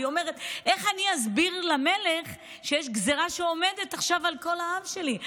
והיא אומרת: איך אני אסביר למלך שיש גזרה שעומדת עכשיו על כל העם שלי?